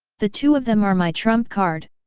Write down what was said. the two of them are my trump card!